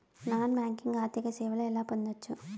Non banking ఆర్థిక సేవలు ఎలా పొందొచ్చు?